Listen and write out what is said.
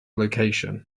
location